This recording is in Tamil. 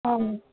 ம்